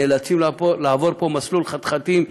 נאלצים לעבור פה מסלול חתחתים,